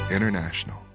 International